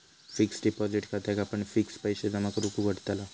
fixed deposit खात्याक आपण fixed पैशे जमा करूक उघडताव